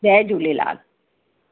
Jay Jhulelal